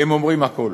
הם אומרים הכול.